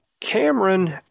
Cameron